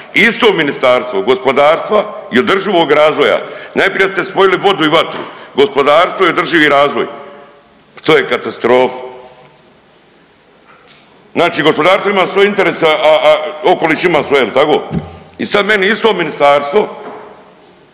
Isto Ministarstvo gospodarstva i održivog razvoja najprije ste spojili vodu i vatru, gospodarstvo i održivi razvoj, to je katastrofa. Znači gospodarstvo ima svoje interese, a, a okoliš ima svoje jel tako? I sad meni isto ministarstvo